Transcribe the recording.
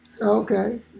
Okay